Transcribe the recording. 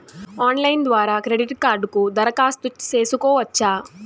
Online ద్వారా credit కార్డుకు దరఖాస్తు సేసుకోవచ్చా?